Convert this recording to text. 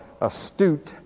astute